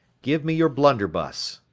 give me your blunderbuss.